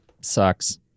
sucks